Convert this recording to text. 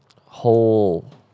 whole